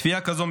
צפייה כזו,